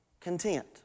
content